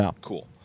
Cool